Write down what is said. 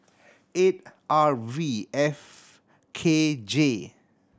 eight R V F K J